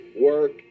work